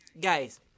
guys